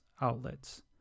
outlets